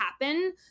happen